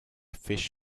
fish